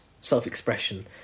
self-expression